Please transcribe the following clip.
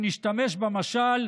אם נשתמש במשל,